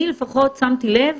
אני שמתי לב